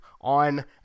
on